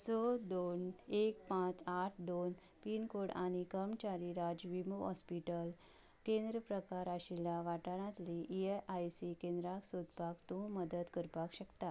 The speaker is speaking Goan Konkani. स दोन एक पांच आठ दोन पिनकोड आनी करमचारी राज्य विमो हॉस्पिटल केंद्र प्रकार आशिल्ल्या वाठारांतलीं ई एस आय सी केंद्रां सोदपाक तूं मदत करपाक शकता